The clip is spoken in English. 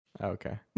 Okay